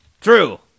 True